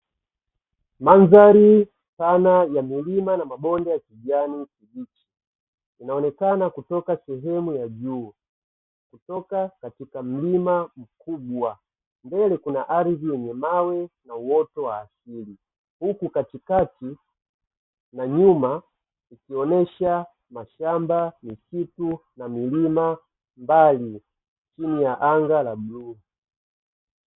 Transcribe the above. Mandhari sana ya milima na mabonde ya kijani inaonekana kutoka sehemu ya juu, kutoka katika mlima mkubwa mbele kuna ardhi yenye mawe na uoto wa asili, huku katikati na nyuma ikionyesha mashamba, misitu na milima mbali chini ya anga la bluu.